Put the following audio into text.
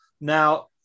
Now